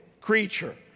creature